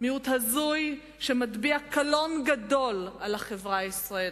מיעוט הזוי, שמטיל קלון גדול על החברה הישראלית.